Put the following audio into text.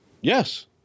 Yes